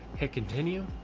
hit continue,